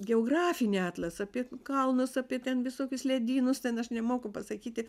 geografinį atlasą apie kalnus apie ten visokius ledynus ten aš nemoku pasakyti